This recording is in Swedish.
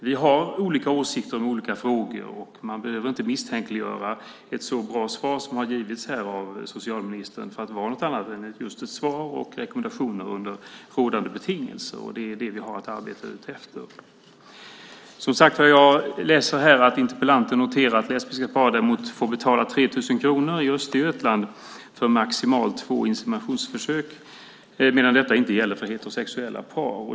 Vi har olika åsikter i olika frågor, och man behöver inte misstänkliggöra ett så bra svar som har getts av socialministern för att vara något annat än just ett svar och rekommendationer under rådande betingelser. Det är det vi har att arbeta utefter. Jag läser här att interpellanten har noterat att lesbiska par i Östergötland får betala 3 000 kronor för maximalt två inseminationsförsök medan detta inte gäller för heterosexuella par.